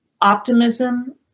Optimism